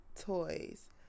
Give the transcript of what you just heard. toys